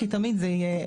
כי תמיד זה יהיה.